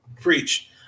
Preach